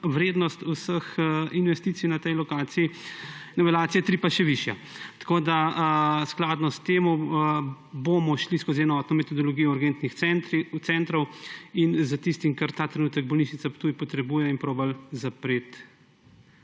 vrednost vseh investicij na tej lokaciji, v novelaciji 3 pa še višja. Skladno s tem bomo šli skozi enotno metodologijo urgentnih centrov s tistim, kar ta trenutek bolnišnica Ptuj potrebuje, in poskusili zapreti